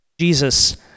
Jesus